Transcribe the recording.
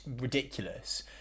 ridiculous